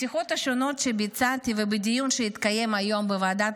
בשיחות שונות שביצעתי ובדיון שהתקיים היום בוועדת